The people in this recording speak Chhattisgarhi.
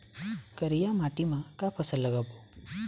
करिया माटी म का फसल लगाबो?